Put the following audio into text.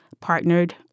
partnered